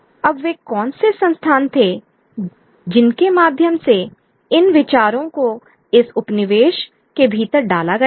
अब वे कौन से संस्थान थे जिनके माध्यम से इन विचारों को इस उपनिवेश के भीतर डाला गया था